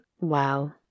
Wow